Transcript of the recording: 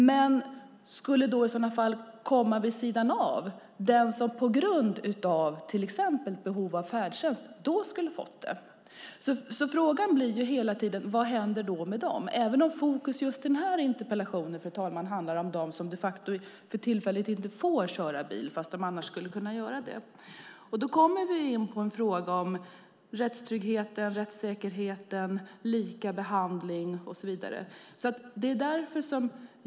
De skulle i så fall komma vid sidan av den som till exempel har behov av färdtjänst och skulle ha fått det. Frågan är: Vad händer med dem? Men fokus i den här debatten är de som de facto för tillfället inte får köra bil fastän de annars skulle kunna göra det. Då kommer vi in på frågan om rättstryggheten, rättssäkerheten, likabehandling och så vidare.